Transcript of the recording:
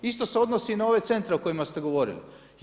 Isto se odnosi i na ove centre o kojima ste govorili.